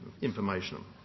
information